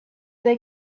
they